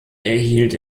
erhielt